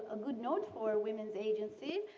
a good note for women's agency.